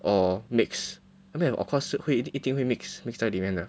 or mix I mean of cause 会一定会 mix mix 在里面的